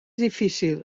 difícil